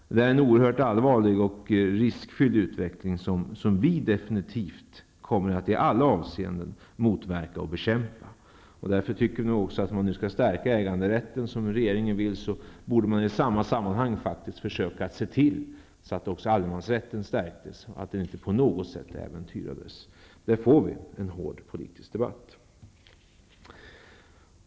Detta är en oerhört allvarlig och riskfylld utveckling, som vi definitivt kommer att i alla avseenden motverka och bekämpa. Om man nu skall stärka äganderätten, som regeringen vill, bör man i samma sammanhang försöka se till att också allemansrätten stärks och inte på något sätt äventyras. På det området får vi en hård politisk debatt.